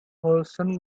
olsen